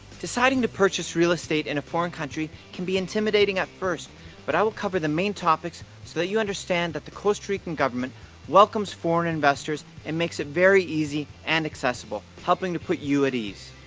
deciding to purchase real estate in a foreign country can be intimidating at first but i will cover the main topics so that you understand that the costa rican government welcomes foreign investors and makes it very easy and accessible helping to put you at ease.